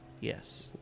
yes